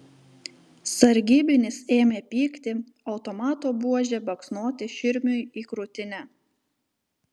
sargybinis ėmė pykti automato buože baksnoti širmiui į krūtinę